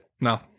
No